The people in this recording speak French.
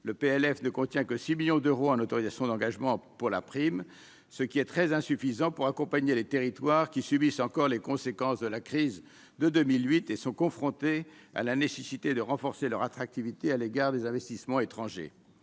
le PLF ne contient que 6 millions d'euros en autorisations d'engagement pour la prime, ce qui est très insuffisant pour accompagner les territoires qui subissent encore les conséquences de la crise de 2008 et sont confrontés à la nécessité de renforcer leur attractivité à l'égard des investissements étrangers